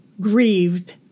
grieved